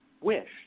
wish